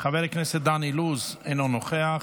חבר הכנסת דן אילוז, אינו נוכח.